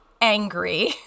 angry